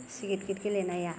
सिगोद गोद गेलेनाया